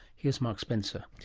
here's mark spencer.